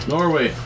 Norway